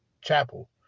Chapel